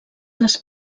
les